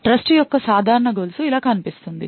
trust యొక్క సాధారణ గొలుసు ఇలా కనిపిస్తుంది